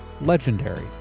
legendary